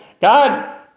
God